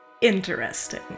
interesting